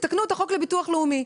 תתקנו את החוק לביטוח לאומי,